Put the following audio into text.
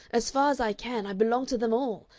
as far as i can, i belong to them all.